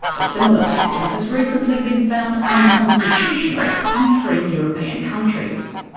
a similar system has recently been found unconstitutional in three european countries.